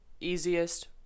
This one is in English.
easiest